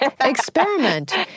experiment